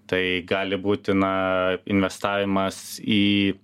tai gali būti na investavimas į